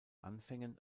anfängen